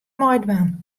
meidwaan